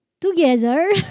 together